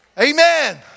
Amen